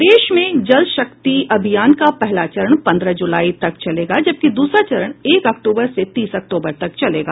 प्रदेश में जल शक्ति अभियान का पहला चरण पन्द्रह जुलाई तक चलेगा जबकि दूसरा चरण एक अक्टूबर से तीस अक्टूबर तक चलेगा